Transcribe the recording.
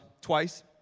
twice